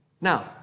Now